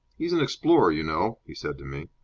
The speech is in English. he's an explorer, you know, he said to me.